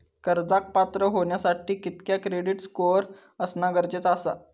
कर्जाक पात्र होवच्यासाठी कितक्या क्रेडिट स्कोअर असणा गरजेचा आसा?